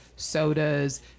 sodas